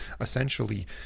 Essentially